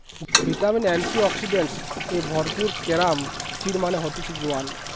vitamin, antioxidants এ ভরপুর carom seed মানে হতিছে জোয়ান